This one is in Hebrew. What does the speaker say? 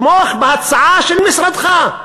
תמוך בהצעה של משרדך.